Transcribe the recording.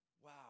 Wow